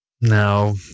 No